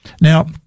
Now